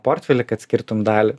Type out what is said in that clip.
portfelį kad skirtum dalį